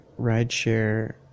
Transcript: rideshare